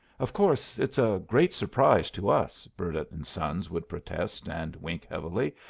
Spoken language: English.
of course, it's a great surprise to us, burdett and sons would protest and wink heavily.